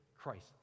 Christ